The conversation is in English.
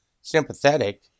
sympathetic